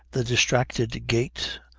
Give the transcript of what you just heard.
the distracted gait,